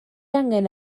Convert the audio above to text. angen